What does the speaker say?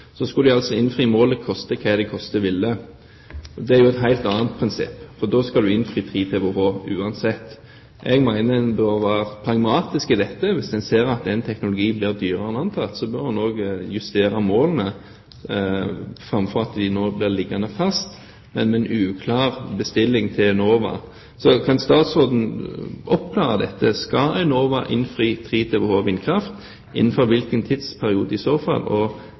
skulle de altså innfri målet koste hva det koste ville. Det er jo et helt annet prinsipp, for da skal en innfri 3 TWh uansett. Jeg mener at en bør være pragmatisk i dette. Hvis en ser at en teknologi blir dyrere enn antatt, bør en justere målene framfor at de nå blir liggende fast, men med en uklar bestilling til Enova. Kan statsråden oppklare dette: Skal Enova innfri 3 TWh vindkraft? Innenfor hvilken tidsperiode, i så fall? Og